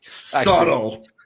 Subtle